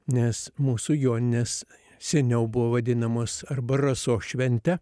nes mūsų joninės seniau buvo vadinamos arba rasos švente